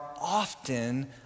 often